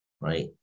Right